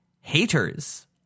haters